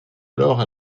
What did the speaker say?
alors